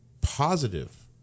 positive